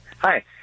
Hi